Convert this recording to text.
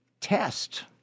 test